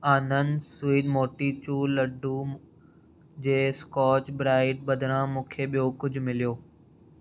आनंद sweet motichoor laddoo जे Scotch Brite बदिरां मूंखे ॿियो कुझु मिलियो